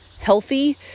healthy